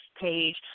page